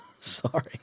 Sorry